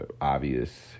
obvious